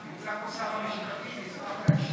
נמצא פה שר המשפטים, הוא ישמח להשיב.